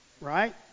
right